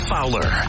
Fowler